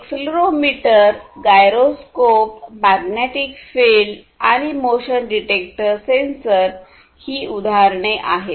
accelerometer gyroscope magnetic field आणि motion detector sensor ही उदाहरणे आहेत